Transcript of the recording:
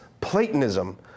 Platonism